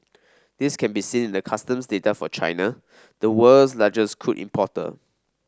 this can be seen the customs data for China the world's largest crude importer